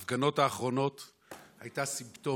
ההפגנות האחרונות היו סימפטום.